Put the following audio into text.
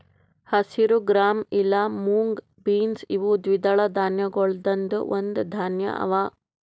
ಹಸಿರು ಗ್ರಾಂ ಇಲಾ mung beans ಇವು ದ್ವಿದಳ ಧಾನ್ಯಗೊಳ್ದಾಂದ್ ಒಂದು ಧಾನ್ಯ ಅವಾ